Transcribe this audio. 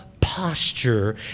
posture